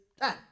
done